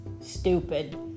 stupid